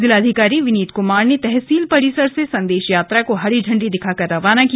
जिलाधिकारी विनीत क्मार ने तहसील परिसर से संदेश यात्रा को हरी झंडी दिखाकर रवाना किया